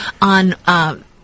on